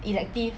elective